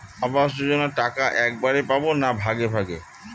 আবাস যোজনা টাকা একবারে পাব না ভাগে ভাগে?